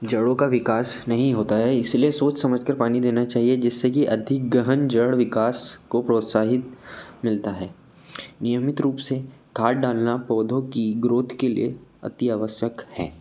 जड़ों का विकास नहीं होता है इस लिए सोच समझ कर पानी देना चाहिए जिससे कि अधिक गहन जड़ विकास को प्रोत्साहित मिलता है नियमित रूप से खाद डालना पौधों की ग्रोथ के लिए अतिआवश्यक है